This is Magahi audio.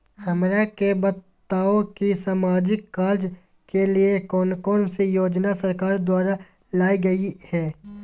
हमरा के बताओ कि सामाजिक कार्य के लिए कौन कौन सी योजना सरकार द्वारा लाई गई है?